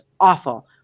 awful